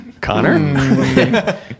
Connor